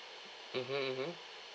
mmhmm mmhmm